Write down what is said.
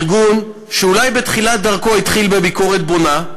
ארגון שאולי בתחילת דרכו עסק בביקורת בונה,